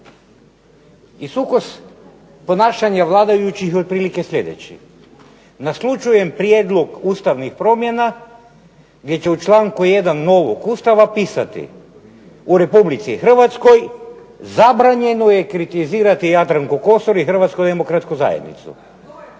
I sukus ponašanja vladajućih je otprilike sljedećih. Naslućujem prijedlog ustavnih promjena gdje će u članku 1. novog Ustava pisati u Republici Hrvatskoj zabranjeno je kritizirati Jadranku Kosor i Hrvatsku demokratsku zajednicu.